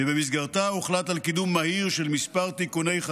שבמסגרתה הוחלט על קידום מהיר של כמה תיקוני